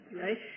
right